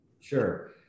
Sure